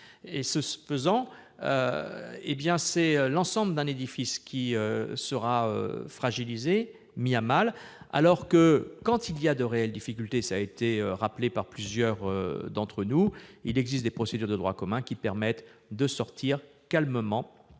Ce faisant, c'est l'ensemble d'un édifice qui sera fragilisé, mis à mal, alors que, face à de réelles difficultés, cela a été rappelé par plusieurs d'entre nous, il existe des procédures de droit commun permettant de sortir calmement